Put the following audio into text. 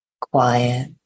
quiet